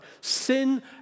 Sin